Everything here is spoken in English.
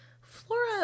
Flora